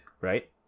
right